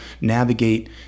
navigate